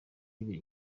ibiri